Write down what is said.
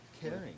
Caring